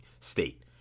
state